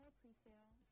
presale